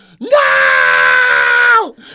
no